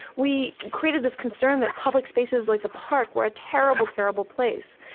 we created this concern that public spaces like the park were a terrible, terrible place.